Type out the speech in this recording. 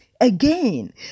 again